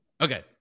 okay